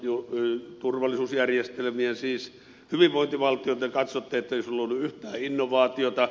te katsotte että hyvinvointivaltio ei ole luonut yhtään innovaatiota